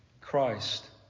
Christ